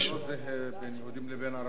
זה לא זהה בין יהודים ובין ערבים.